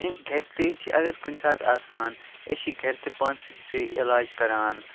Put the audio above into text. گَرِ تے چھِ اگر کُنہِ ساتہٕ آسان أسۍ چھِ گَرِ تہِ پان علاج کَران